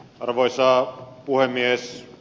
arvoisa puhemies